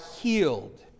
healed